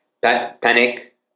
Panic